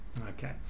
Okay